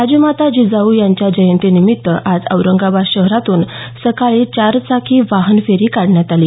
राजमाता जिजाऊ यांच्या जयंतीनिमित्त आज औरंगाबाद शहरातून सकाळी चारचाकी वाहन फेरी काढण्यात आली